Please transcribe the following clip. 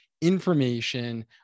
information